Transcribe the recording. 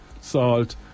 salt